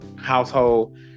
household